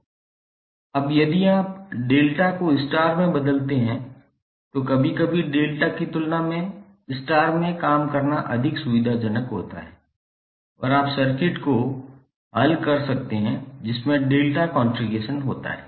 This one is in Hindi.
अब यदि आप डेल्टा को स्टार में बदलते हैं तो कभी कभी डेल्टा की तुलना में स्टार में काम करना अधिक सुविधाजनक होता है और आप सर्किट को हल कर सकते हैं जिसमें डेल्टा कॉन्फ़िगरेशन होता है